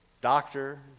Doctor